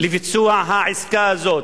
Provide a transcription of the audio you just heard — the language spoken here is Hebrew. לביצוע העסקה הזאת: